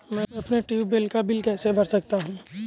मैं अपने ट्यूबवेल का बिल कैसे भर सकता हूँ?